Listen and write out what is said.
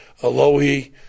Alohi